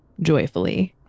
joyfully